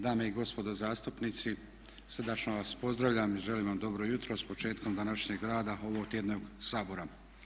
Dame i gospodo zastupnici srdačno vas pozdravljam i želim vam dobro jutro s početkom današnjeg rada ovotjednog Sabora.